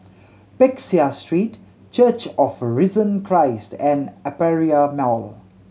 Peck Seah Street Church of the Risen Christ and Aperia Mall